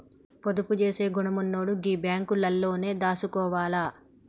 పొదుపు జేసే గుణమున్నోడు గీ బాంకులల్లనే దాసుకోవాల